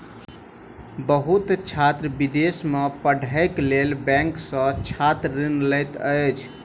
बहुत छात्र विदेश में पढ़ैक लेल बैंक सॅ छात्र ऋण लैत अछि